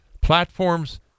platforms